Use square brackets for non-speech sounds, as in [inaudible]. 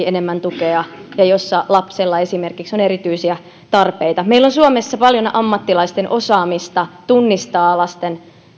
[unintelligible] enemmän tukea ja jossa lapsella esimerkiksi on erityisiä tarpeita meillä on suomessa paljon ammattilaisten osaamista tunnistaa lasten